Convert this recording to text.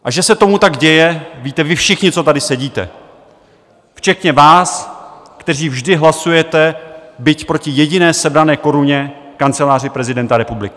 A že se tomu tak děje, víte vy všichni, co tady sedíte, včetně vás, kteří vždy hlasujete byť proti jediné sebrané koruně Kanceláři prezidenta republiky.